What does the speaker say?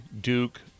Duke